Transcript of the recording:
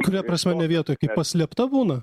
kuria prasme ne vietoj paslėpta būna